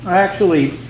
actually,